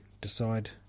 decide